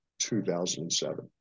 2007